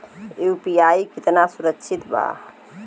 UPI कितना सुरक्षित बा?